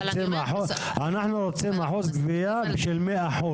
אנחנו רוצים אחוז גבייה של 100%,